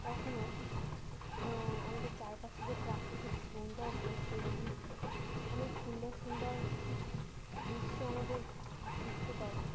তখনও আমাদের চারপাশে যে প্রাকৃতিক সৌন্দর্য সেগুলি অনেক সুন্দর সুন্দর দৃশ্য আমাদের আকৃষ্ট করে